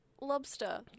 lobster